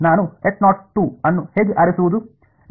ನಾನು ಅನ್ನು ಹೇಗೆ ಆರಿಸುವುದು